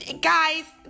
Guys